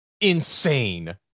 insane